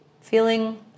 feeling